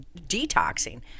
detoxing